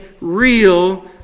real